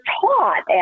taught